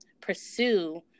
pursue